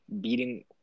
Beating